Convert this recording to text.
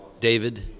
David